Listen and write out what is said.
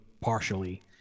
partially